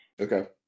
Okay